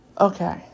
Okay